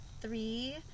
three